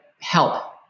help